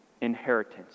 inheritance